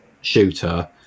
shooter